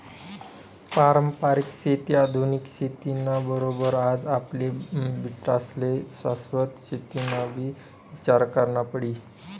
पारंपरिक शेती आधुनिक शेती ना बरोबर आज आपले बठ्ठास्ले शाश्वत शेतीनाबी ईचार करना पडी